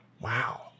Wow